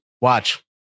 watch